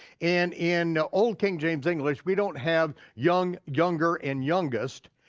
and in old king james english, we don't have young, younger, and youngest.